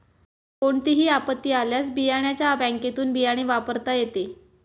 कोणतीही आपत्ती आल्यास बियाण्याच्या बँकेतुन बियाणे वापरता येते